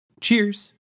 Cheers